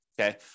okay